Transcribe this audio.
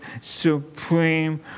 supreme